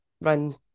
run